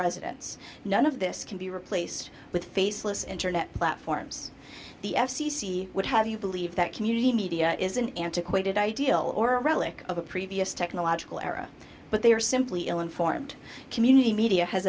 residents none of this can be replaced with faceless internet platforms the f c c would have you believe that community media is an antiquated ideal or a relic of a previous technological era but they are simply ill informed community media has